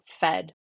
fed